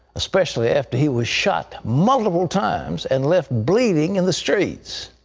especially after he was shot multiple times and left bleeding in the streets.